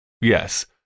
yes